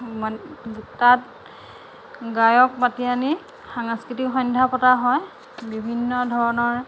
তাত গায়ক মাতি আনি সাংস্কৃতিক সন্ধ্যা পতা হয় বিভিন্ন ধৰণৰ